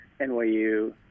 NYU